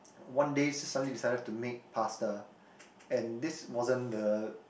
one day su~ suddenly decided to make pasta and this wasn't the